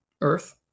earth